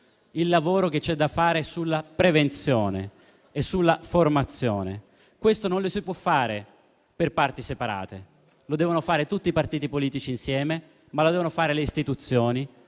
il lavoro che c'è da fare sulla prevenzione e sulla formazione. Questo non lo si può fare per parti separate: lo devono fare tutti i partiti politici insieme e lo devono fare le istituzioni,